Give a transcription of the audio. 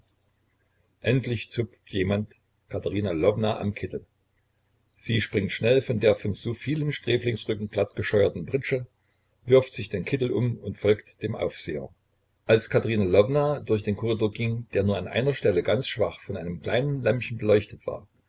endlich zupft jemand katerina lwowna am kittel sie springt schnell von der von so vielen sträflingsrücken glattgescheuerten pritsche wirft sich den kittel um und folgt dem aufseher als katerina lwowna durch den korridor ging der nur an einer stelle ganz schwach von einem kleinen lämpchen beleuchtet war